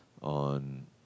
on